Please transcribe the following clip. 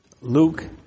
Luke